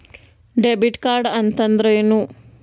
Debit ಕಾರ್ಡ್ಅಂದರೇನು?